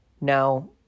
Now